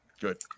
Good